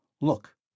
Look